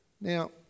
Now